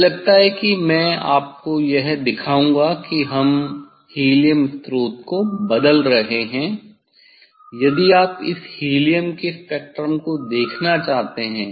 मुझे लगता है कि मैं आपको यह दिखाऊंगा कि हम हीलियम स्रोत को बदल रहे हैं यदि आप इस हीलियम के स्पेक्ट्रम को देखना चाहते हैं